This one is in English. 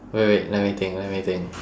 wait wait let me think let me think